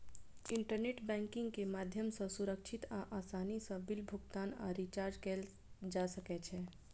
internet banking के माध्यम सं सुरक्षित आ आसानी सं बिल भुगतान आ रिचार्ज कैल जा सकै छै